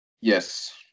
yes